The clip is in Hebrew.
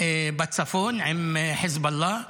בצפון עם חיזבאללה?